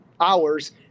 hours